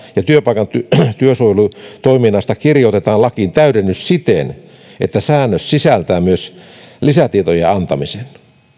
ja työpaikan työsuojelutoiminnasta kirjoitetaan lakiin täydennys siten että säännös sisältää myös lisätietojen antamisen joka